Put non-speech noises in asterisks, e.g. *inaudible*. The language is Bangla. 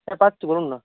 হ্যাঁ *unintelligible* বলুন না